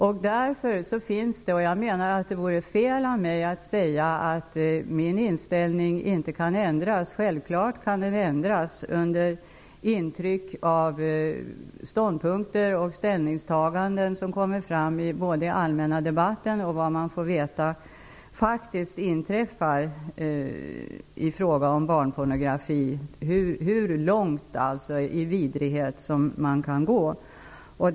Jag menar också att det vore fel av mig att säga att min inställning inte kan ändras. Självklart kan den ändras under intryck både av ståndpunkter och ställningstaganden i den allmänna debatten och av sådant som faktiskt inträffar, alltså hur långt i vidrighet som man kan gå i fråga om barnpornografi.